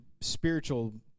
spiritual